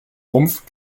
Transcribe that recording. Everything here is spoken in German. rumpf